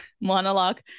monologue